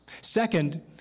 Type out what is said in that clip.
Second